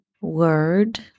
word